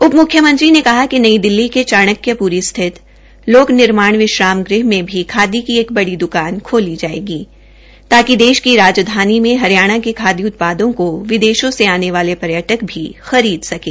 उप म्ख्यमंत्री ने कहा कि नई दिल्ली के चाणक्यप्री स्थित लोक निर्माण विश्राम गह में भी खादी की एक बड़ी द्कान खोली जाएगी ताकि देश की राजधानी में हरियाणा के खादी उत्पादों को विदेशों से आने वाले पर्यटक भी खरीद सकें